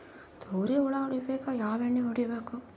ತೊಗ್ರಿ ಹುಳ ಹೊಡಿಬೇಕಂದ್ರ ಯಾವ್ ಎಣ್ಣಿ ಹೊಡಿಬೇಕು?